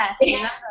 Yes